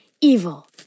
Evil